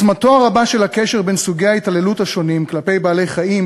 עוצמתו הרבה של הקשר בין סוגי ההתעללות השונים כלפי בעלי-חיים,